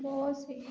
बहुत सी